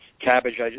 Cabbage